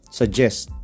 suggest